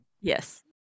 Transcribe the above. Yes